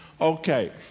Okay